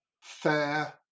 fair